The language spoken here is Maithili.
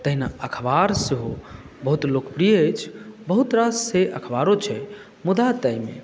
तहिना अखबार सेहो बहुत लोकप्रिय अछि बहुत रास से अखबारो छै मुदा ताहिमे